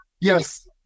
yes